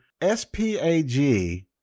SPAG